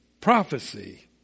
prophecy